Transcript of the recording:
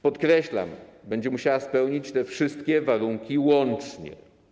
Podkreślam, będzie musiała spełnić te wszystkie warunki łącznie.